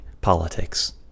politics